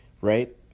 right